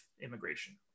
immigration